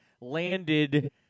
landed